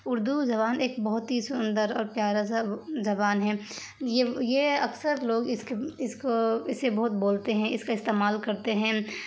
اردو زبان ایک بہت ہی سندر اور پیارا سا زبان ہے یہ یہ اکثر لوگ اس کے اس کو اسے بہت بولتے ہیں اس کا استعمال کرتے ہیں